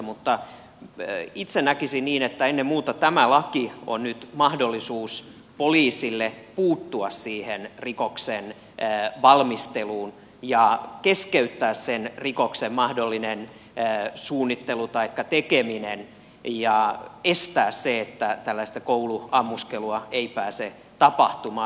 mutta itse näkisin niin että ennen muuta tämä laki on nyt mahdollisuus poliisille puuttua siihen rikoksen valmisteluun ja keskeyttää sen rikoksen mahdollinen suunnittelu taikka tekeminen ja estää se että tällaista kouluammuskelua ei pääse tapahtumaan